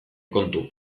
kontu